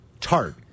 Tart